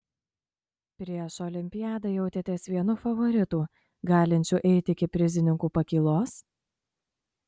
prieš olimpiadą jautėtės vienu favoritų galinčiu eiti iki prizininkų pakylos